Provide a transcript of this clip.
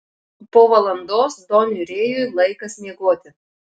po valandos doniui rėjui laikas miegoti